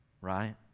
Right